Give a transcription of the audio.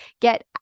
get